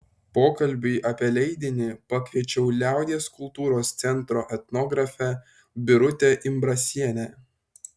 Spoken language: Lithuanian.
pokalbiui apie leidinį pakviečiau liaudies kultūros centro etnografę birutę imbrasienę